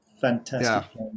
Fantastic